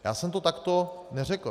Já jsem to takto neřekl.